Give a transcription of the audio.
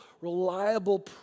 reliable